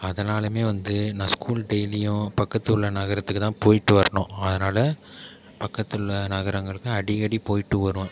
அதனாலுமே வந்து நான் ஸ்கூல் டெய்லியும் பக்கத்துள்ள நகரத்துக்கு தான் போயிட்டு வரணும் அதனால பக்கத்துள்ள நகரங்களுக்கு அடிக்கடி போயிவிட்டு வருவேன்